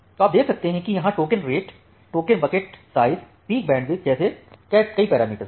तो आप देख सकते हैं कि यहां token rate token bucket size peak bandwidth latency जैसे कई पैरामीटर्स हैं